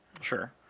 Sure